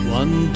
one